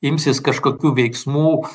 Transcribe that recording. imsis kažkokių veiksmų